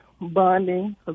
bonding